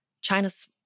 China's